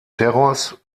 terrors